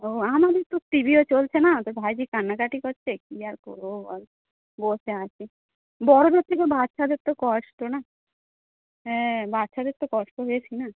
ও আমাদের তো টিভিও চলছে না তোর ভাইঝি কান্নাকাটি করছে কী আর করবো বল বসে আছি গরমের থেকে বাচ্চাদের তো কষ্ট না হ্যাঁ বাচ্চাদের তো কষ্ট বেশি না